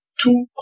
Two